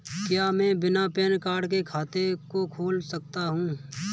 क्या मैं बिना पैन कार्ड के खाते को खोल सकता हूँ?